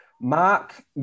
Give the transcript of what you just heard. Mark